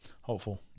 Hopeful